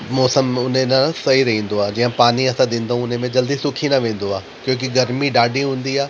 मौसम उन न सही रहंदो आहे जीअं पानी असां ॾींदो उन में जल्दी सुकी न वेंदो आहे क्योकि गर्मी ॾाढी हूंदी आहे